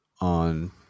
on